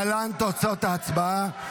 להלן תוצאות ההצבעה: